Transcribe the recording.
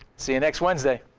see you next wednesday.